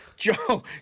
Joe